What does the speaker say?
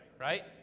right